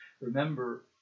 Remember